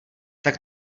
tak